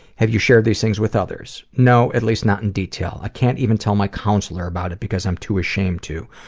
have you shared these things with others? no, at least not in detail. i can't even tell my counselor about it because i'm too ashamed to.